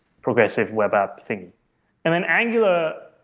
progressive web app thing and and angular,